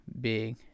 big